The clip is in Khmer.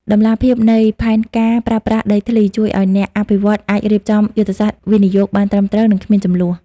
តម្លាភាពនៃ "ផែនការប្រើប្រាស់ដីធ្លី" ជួយឱ្យអ្នកអភិវឌ្ឍន៍អាចរៀបចំយុទ្ធសាស្ត្រវិនិយោគបានត្រឹមត្រូវ និងគ្មានជម្លោះ។